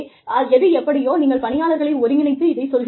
ஆகவே எது எப்படியோ நீங்கள் பணியாளர்களை ஒருங்கிணைத்து இதைச் சொல்கிறீர்கள்